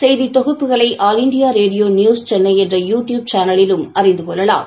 செய்தி தொகுப்புகளை all India radio news Chennai என்ற யு டியூப் சேனலிலும் அறிந்து கொள்ளலாம்